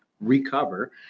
recover